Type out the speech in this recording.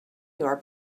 your